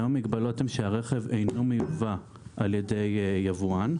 היום המגבלות הן שהרכב אינו מיובא על ידי יבואן,